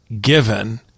given